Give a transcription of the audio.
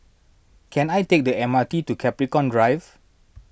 can I take the M R T to Capricorn Drive